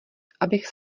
abych